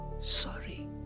sorry